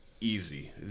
easy